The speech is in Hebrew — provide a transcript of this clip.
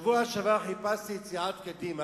בשבוע שעבר חיפשתי את סיעת קדימה,